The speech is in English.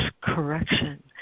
correction